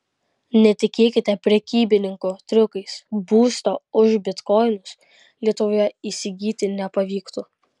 netikėkite prekybininkų triukais būsto už bitkoinus lietuvoje įsigyti nepavyktų